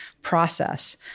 process